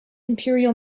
imperial